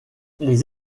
les